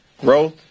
growth